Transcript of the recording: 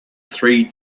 three